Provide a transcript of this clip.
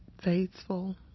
faithful